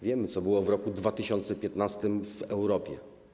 Wiemy, co było w roku 2015 w Europie.